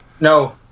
No